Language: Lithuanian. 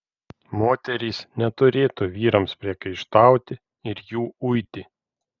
moterys neturėtų vyrams priekaištauti ir jų uiti